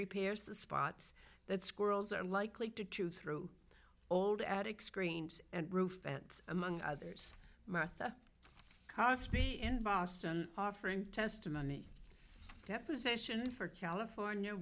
repairs the spots that squirrels are likely to chew through old attic screens and roof vents among others martha kaspi in boston offering testimony deposition for california